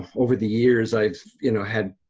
over the years i've you know had,